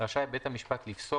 רשאי בית המשפט לפסוק,